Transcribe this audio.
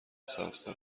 سبزتر